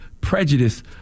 prejudice